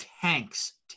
tanks